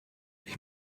ich